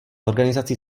organizaci